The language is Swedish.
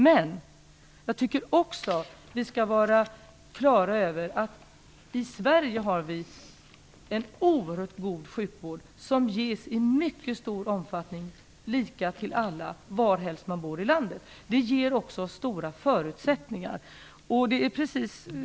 Men jag tycker också att vi skall vara på det klara med att vi i Sverige har en oerhört god sjukvård, som ges i mycket stor omfattning, lika till alla varhelst i landet man bor. Det ger också goda förutsättningar.